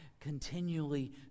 continually